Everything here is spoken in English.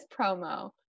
promo